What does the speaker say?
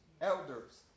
elders